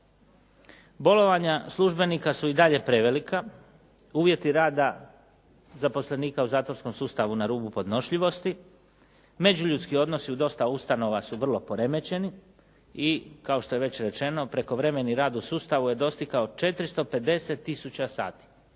Bolovanja službenika su i dalje prevelika. Uvjeti rada zaposlenika u zatvorskom sustavu na rubu podnošljivosti. Međuljudski odnosi u dosta ustanova su vrlo poremećeni i kao što je već rečeno, prekovremeni rad u sustavu je dostigao 450 tisuća sati,